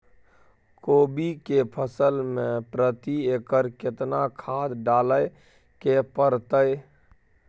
कोबी के फसल मे प्रति एकर केतना खाद डालय के परतय?